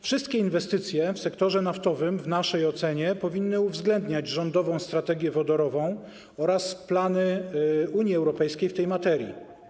Wszystkie inwestycje w sektorze naftowym, w naszej ocenie, powinny uwzględniać rządową strategię wodorową oraz plany Unii Europejskiej w tej materii.